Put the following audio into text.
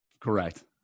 Correct